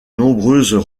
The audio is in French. nombreuses